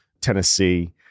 Tennessee